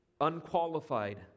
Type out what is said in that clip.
unqualified